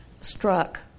struck